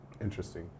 Interesting